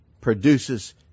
produces